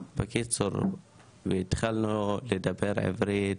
בקיצור והתחלנו לדבר עברית,